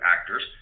actors